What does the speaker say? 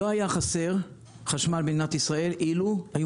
לא היה חסר חשמל במדינת ישראל אילו היו